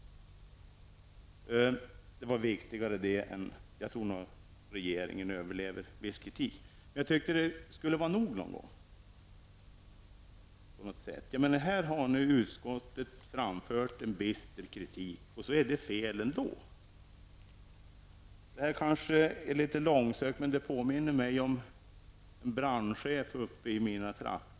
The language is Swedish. Det var viktigare, och jag tror nog att regeringen överlever viss kritik. Jag tycker det skulle vara nog någon gång. Utskottet har nu framfört en viss kritik, och det är fel ändå. Det är kanske litet långsökt, men det påminner mig om en brandchef uppe från mina trakter.